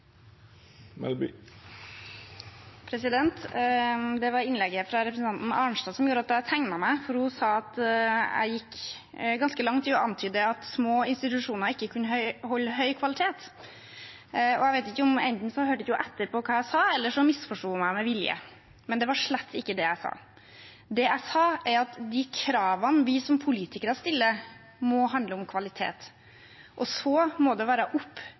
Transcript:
Det var innlegget til representanten Arnstad som gjorde at jeg tegnet meg. Hun sa at jeg gikk ganske langt i å antyde at små institusjoner ikke kunne holde høy kvalitet. Enten hørte hun ikke etter hva jeg sa, eller så misforsto hun meg med vilje. Det var slett ikke det jeg sa; det jeg sa, var at de kravene vi som politikere stiller, må handle om kvalitet, og så må det være opp